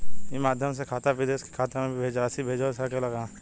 ई माध्यम से खाता से विदेश के खाता में भी राशि भेजल जा सकेला का?